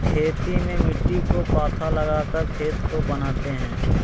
खेती में मिट्टी को पाथा लगाकर खेत को बनाते हैं?